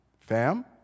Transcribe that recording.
Fam